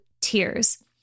tears